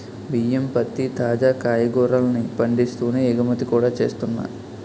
బియ్యం, పత్తి, తాజా కాయగూరల్ని పండిస్తూనే ఎగుమతి కూడా చేస్తున్నా